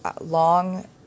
Long